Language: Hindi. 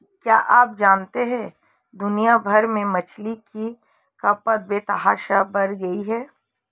क्या आप जानते है दुनिया भर में मछली की खपत बेतहाशा बढ़ गयी है?